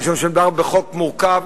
משום שמדובר בחוק מורכב,